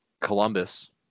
Columbus